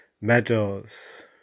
meadows